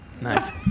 Nice